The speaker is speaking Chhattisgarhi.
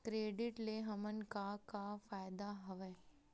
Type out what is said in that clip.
क्रेडिट ले हमन का का फ़ायदा हवय?